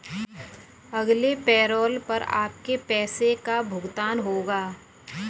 अगले पैरोल पर आपके पैसे का भुगतान होगा